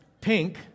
Pink